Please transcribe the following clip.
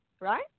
right